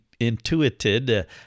intuited